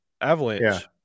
Avalanche